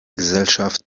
gesellschaft